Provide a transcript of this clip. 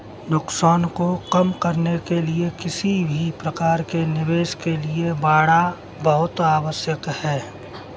नुकसान को कम करने के लिए किसी भी प्रकार के निवेश के लिए बाड़ा बहुत आवश्यक हैं